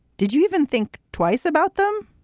did you even think twice about them?